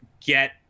get